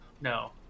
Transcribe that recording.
no